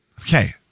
Okay